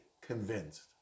convinced